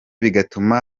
bigatuma